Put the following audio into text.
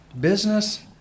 business